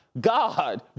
God